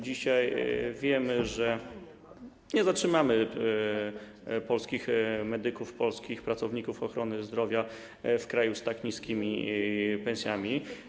Dzisiaj wiemy, że nie zatrzymamy polskich medyków, pracowników ochrony zdrowia w kraju z tak niskimi pensjami.